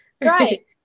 right